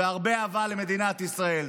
והרבה אהבה למדינת ישראל.